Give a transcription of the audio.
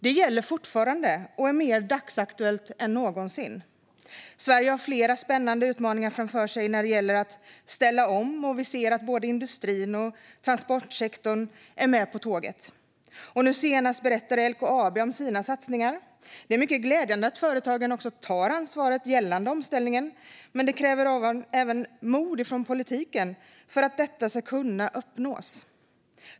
Det gäller fortfarande och är mer dagsaktuellt än någonsin. Sverige har flera spännande utmaningar framför sig när det gäller att ställa om. Vi ser att både industrin och transportsektorn är med på tåget. Nu senast berättade LKAB om sina satsningar. Det är mycket glädjande att företagen tar ansvar gällande omställningen, men det kräver även mod från politiken för att det ska kunna uppnås.